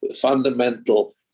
fundamental